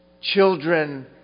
children